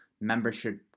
membership